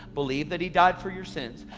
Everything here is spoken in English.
believe that he died for your sins,